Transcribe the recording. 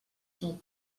del